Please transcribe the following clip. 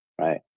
Right